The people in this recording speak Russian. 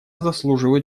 заслуживают